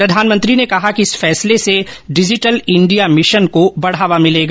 प्रधानमंत्री ने कहा कि इस फैसले से डिजिटल इंडिया मिशन को बढ़ावा मिलेगा